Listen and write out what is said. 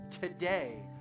today